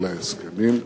אלה ההסכמים שישנם.